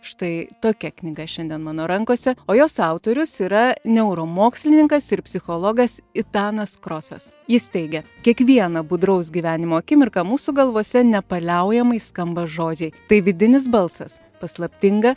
štai tokia knyga šiandien mano rankose o jos autorius yra neuromokslininkas ir psichologas itanas krosas jis teigia kiekvieną budraus gyvenimo akimirką mūsų galvose nepaliaujamai skamba žodžiai tai vidinis balsas paslaptinga